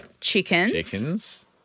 chickens